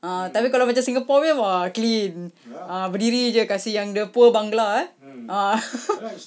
ah tapi kalau macam singapore punya !wah! clean ah berdiri jer kasi yang the poor bangla eh ah